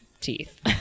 teeth